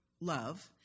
love